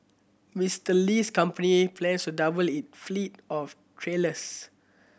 Mister Li's company plans to double it fleet of trailers